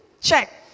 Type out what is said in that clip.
check